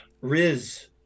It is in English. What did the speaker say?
Riz